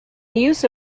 use